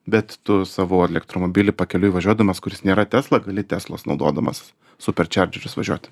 bet tu savo elektromobilį pakeliui važiuodamas kuris nėra tesla gali teslos naudodamas superčardžerius važiuoti